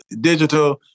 digital